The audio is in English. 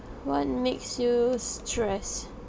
what makes you stress